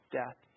death